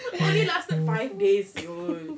only lasted five days [siol]